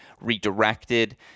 redirected